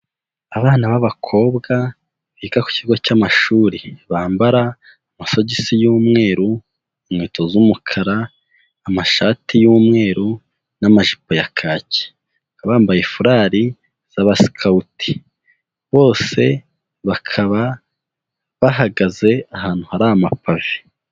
Abana b'abakobwa, biga ku kigo cy'amashuri bambara amasogisi y'umweru, inkweto z'umukara, amashati y'umweru n'amajipo ya kake, baba bambaye furari z'abasikauti, bose bakaba bahagaze ahantu hari amapave.